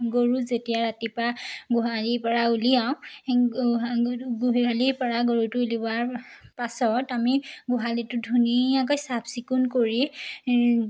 গৰু যেতিয়া ৰাতিপুৱা গোহালিৰ পৰা উলিয়াওঁ গোহালিৰ পৰা গৰুটো উলিওৱাৰ পাছত আমি গোহালিটো ধুনীয়াকৈ চাফ চিকুণ কৰি